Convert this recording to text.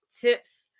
tips